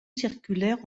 circulaire